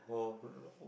!wah!